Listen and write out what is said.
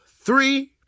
three